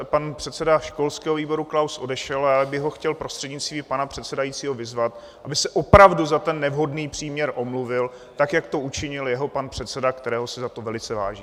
Pan předseda školského výboru Klaus odešel a já bych ho chtěl prostřednictvím pana předsedajícího vyzvat, aby se opravdu za ten nevhodný příměr omluvil, tak jak to učinil jeho pan předseda, kterého si za to velice vážím.